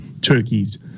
turkeys